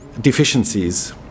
deficiencies